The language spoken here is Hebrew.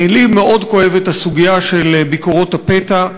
לי מאוד כואבת הסוגיה של ביקורות הפתע.